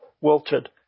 wilted